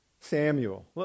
Samuel